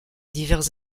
divers